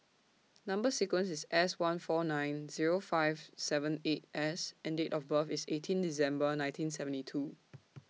Number sequence IS S one four nine Zero five seven eight S and Date of birth IS eighteen December nineteen seventy two